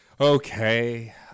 okay